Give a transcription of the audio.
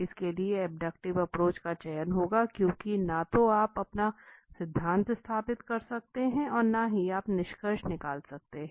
इसके लिए abductive approach का चयन होगा क्यूंकि न तो आप अपना सिद्धांत स्थापित कर सकते हैं और न ही आप निष्कर्ष निकाल सकते हैं